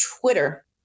Twitter